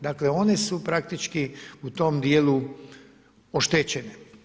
Dakle, one su praktički u tom dijelu oštećene.